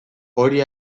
hori